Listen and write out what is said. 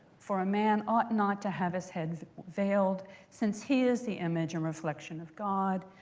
for a man ought not to have his head veiled since he is the image and reflection of god.